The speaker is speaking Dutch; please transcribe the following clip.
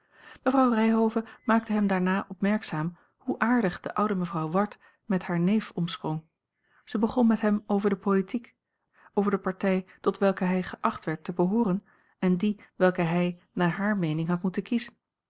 mevrouw ryhove maakte hem daarna opmerkzaam hoe aardig de oude mevrouw ward met haar neef omsprong zij begon met hem over de politiek over de partij tot welke hij geacht werd te behooren en die welke hij naar hare meening had moeten kiezen